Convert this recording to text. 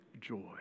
joy